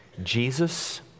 Jesus